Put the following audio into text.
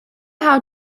how